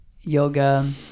yoga